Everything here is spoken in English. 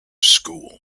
school